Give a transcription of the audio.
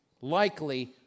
likely